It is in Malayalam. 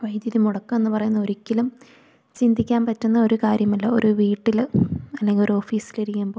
വൈദ്യുതി മുടക്കം എന്ന് പറയുന്നത് ഒരിക്കലും ചിന്തിക്കാന് പറ്റുന്ന ഒര് കാര്യമല്ല ഒര് വീട്ടില് അല്ലെങ്കിൽ ഒരു ഓഫീസിൽ ഇരിക്കുമ്പോൾ